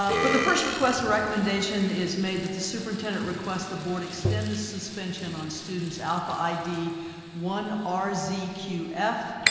ah for the first request a recommendation is made that the superintendent request the board extend the suspension on students alpha id one r z q f,